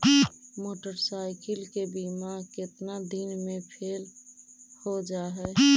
Motorcycle के बिमा केतना दिन मे फेल हो जा है?